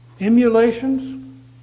emulations